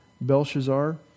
Belshazzar